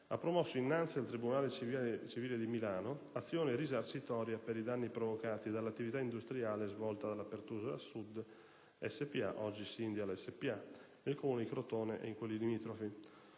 ha promosso innanzi al tribunale civile di Milano azione risarcitoria per i danni provocati dall'attività industriale svolta dalla "Pertusola Sud Spa" (oggi "Syndial Spa") nel Comune di Crotone ed in quelli limitrofi.